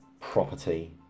property